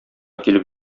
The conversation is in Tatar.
килеп